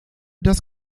das